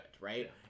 Right